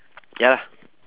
ya